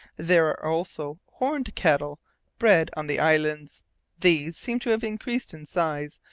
there are also horned cattle bred on the islands these seem to have increased in size,